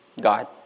God